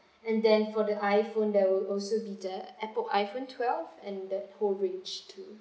and then for the iPhone there would also be the Apple iPhone twelve and then Huawei too